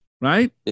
Right